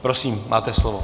Prosím, máte slovo.